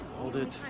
hold it,